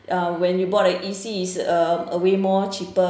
uh when you bought an E_C is uh a way more cheaper